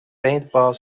paintball